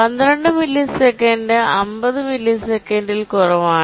12 millisecond 50 മില്ലിസെക്കൻഡിൽ കുറവാണ്